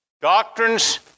Doctrines